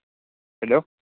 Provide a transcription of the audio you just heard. hello